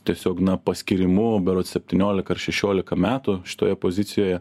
tiesiog na paskyrimu berods septyniolika ar šešiolika metų šitoje pozicijoje